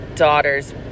daughter's